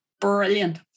brilliant